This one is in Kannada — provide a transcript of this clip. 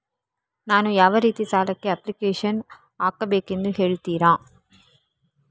ನಾನು ಯಾವ ರೀತಿ ಸಾಲಕ್ಕೆ ಅಪ್ಲಿಕೇಶನ್ ಹಾಕಬೇಕೆಂದು ಹೇಳ್ತಿರಾ?